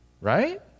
Right